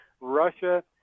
Russia